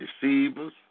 deceivers